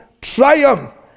triumph